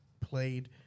played